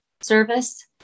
service